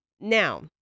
Now